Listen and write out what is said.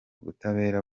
butabera